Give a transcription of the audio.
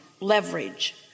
leverage